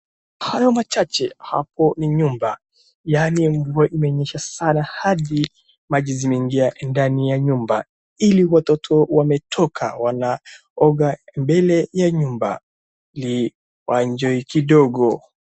Hayo machache hapo ni nyumba, yaani mvua imenyesha sana hadi maji zimeingia ndani ya nyumba. Ili watoto wametoka wanaoga mbele ya nyumba ili wa enjoy kidogo.